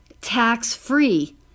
tax-free